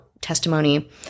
testimony